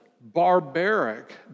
barbaric